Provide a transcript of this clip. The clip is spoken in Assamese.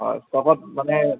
হয় ষ্টকত মানে